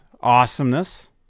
awesomeness